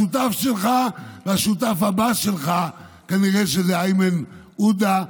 השותף שלך, והשותף הבא שלך כנראה יהיה איימן עודה,